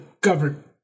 government